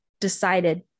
decided